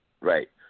Right